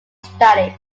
studies